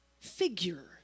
figure